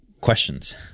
questions